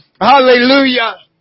Hallelujah